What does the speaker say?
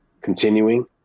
continuing